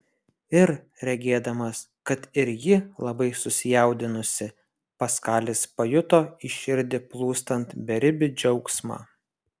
ir regėdamas kad ir ji labai susijaudinusi paskalis pajuto į širdį plūstant beribį džiaugsmą